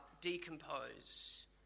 decompose